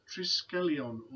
Triskelion